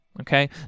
okay